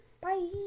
Bye